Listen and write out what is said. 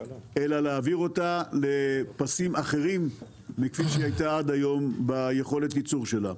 אלא להעביר אותה לפסים אחרים מכפי שהיא היתה עד היום ביכולת היצור שלה.